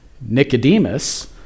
Nicodemus